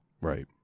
Right